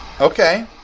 Okay